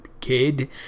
kid